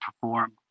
perform